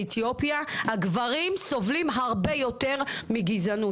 אתיופיה הגברים סובלים הרבה יותר מגזענות.